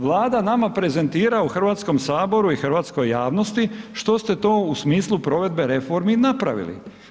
Vlada nama prezentira u Hrvatskom saboru i hrvatskoj javnosti što ste to u smislu provedbe reformi napravili.